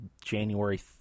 January